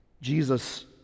Jesus